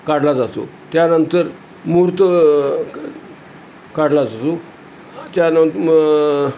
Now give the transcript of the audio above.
काढला जातो त्यानंतर मूहूर्त काढला जातो त्यानं मग